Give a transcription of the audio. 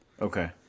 Okay